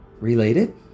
Related